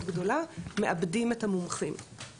גדולה אנחנו בעצם מאבדים את המומחים.